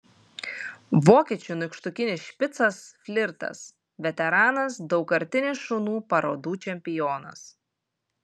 vokiečių nykštukinis špicas flirtas veteranas daugkartinis šunų parodų čempionas